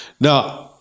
Now